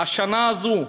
השנה הזו,